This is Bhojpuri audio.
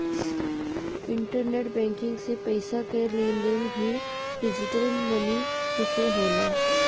इंटरनेट बैंकिंग से पईसा कअ लेन देन भी डिजटल मनी से होला